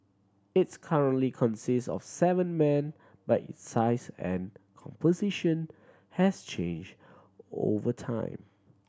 its currently consists of seven men but its size and composition has changed over time